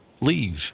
leave